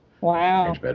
Wow